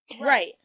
Right